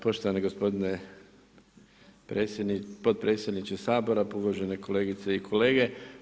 Poštovani gospodine potpredsjedniče Sabora, uvažene kolegice i kolege.